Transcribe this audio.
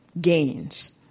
gains